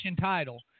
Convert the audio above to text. title